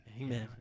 Amen